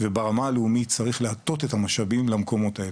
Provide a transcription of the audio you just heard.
וברמה הלאומית צריך להטות את המשאבים למקומות האלו,